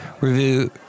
review